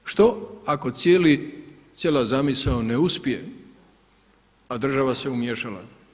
E sad, što ako cijela zamisao ne uspije a država se umiješala?